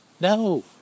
No